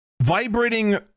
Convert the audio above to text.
vibrating